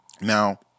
Now